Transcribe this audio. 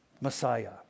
Messiah